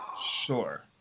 Sure